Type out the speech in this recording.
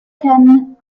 kennen